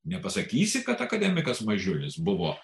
nepasakysi kad akademikas mažiulis buvo